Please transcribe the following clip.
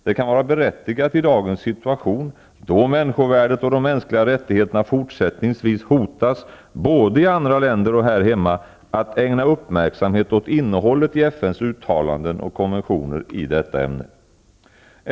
Det kan vara berättigat i dagens situation, då människovärdet och de mänskliga rättigheterna fortsättningsvis hotas både i andra länder och här hemma, att ägna uppmärksamhet åt innehållet i FN:s uttalanden och konventioner i detta ämne.